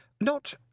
Not